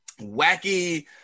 wacky